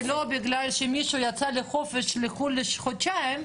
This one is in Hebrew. ושלא בגלל שמישהו יצא לחופשה לחו"ל לחודשיים,